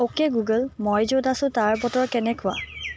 okay Google মই য'ত আছোঁ তাৰ বতৰ কেনেকুৱা